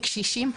קשישים,